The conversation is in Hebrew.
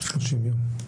30 ימים.